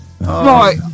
Right